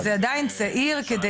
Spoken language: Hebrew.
זה עדיין צעיר.